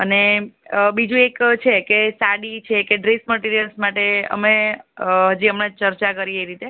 અને બીજું એક છે કે સાડી છે કે ડ્રેસ મટિરિયલસ માટે અમે જે હમણાં ચર્ચા કરી એ રીતે